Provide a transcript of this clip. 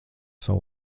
savu